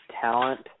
talent